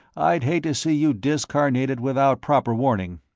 i'd hate to see you discarnated without proper warning.